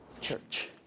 church